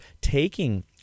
taking